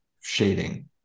shading